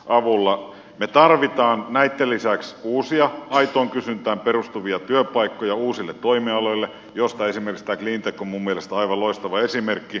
me tarvitsemme näitten lisäksi uusia aitoon kysyntään perustuvia työpaikkoja uusille toimialoille joista esimerkiksi tämä cleantech on minun mielestäni aivan loistava esimerkki